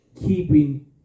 keeping